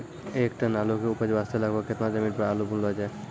एक टन आलू के उपज वास्ते लगभग केतना जमीन पर आलू बुनलो जाय?